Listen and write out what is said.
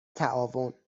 تعاون